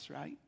right